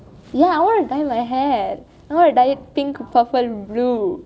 ya I want to dye my hair not like pink purple blue